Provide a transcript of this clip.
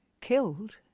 killed